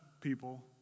people